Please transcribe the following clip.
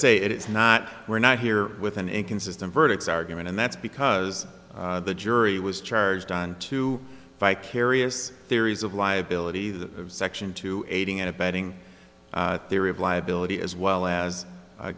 say it's not we're not here with an inconsistent verdicts argument and that's because the jury was charged on two vicarious theories of liability the section two aiding and abetting theory of liability as well as